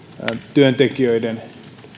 työntekijöiden